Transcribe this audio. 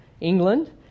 England